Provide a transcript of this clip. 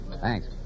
Thanks